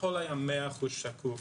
הכול היה 100% שקוף.